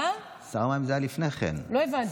לא הבנתי.